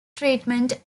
treatment